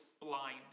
blind